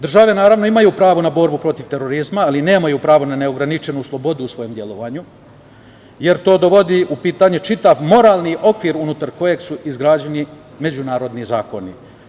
Države, naravno, imaju pravo na borbu protiv terorizma, ali nemaju pravo na neograničenu slobodu u svom delovanju jer to dovodi u pitanje čitav moralni okvir unutar kog su izgrađeni međunarodni zakoni.